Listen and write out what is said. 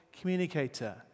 communicator